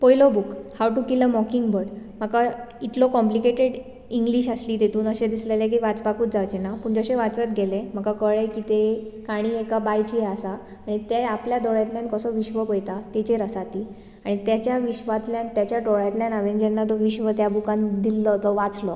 पयलो book how to kill a mockingbird म्हाका इतलो कॉप्लिकेटेड इंगलिंश आसली तेतुन अशें दिसलेलें वाचपाकुच जावचेना पूण जशे वाचत गेले म्हाका कळ्ळे की ते काणी एका बांयची आसा आनी ते आपल्या दोळ्यातल्यान कसो विश्व पळेता तेचेर आसा ती आनी तेच्या विश्वातल्यान तेच्या दोळ्यांतल्यान हांवें जेन्ना तो विश्व त्या बुकान दिल्लो जो वाचलो तो